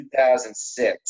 2006